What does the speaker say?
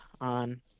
on